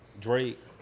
Drake